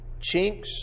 chinks